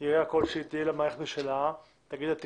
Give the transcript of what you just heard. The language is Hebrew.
תהיה המערכת משלה, תגיד לו תיכנס,